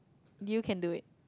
you can do it